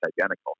identical